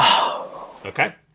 Okay